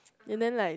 and then like